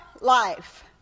life